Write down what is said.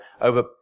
over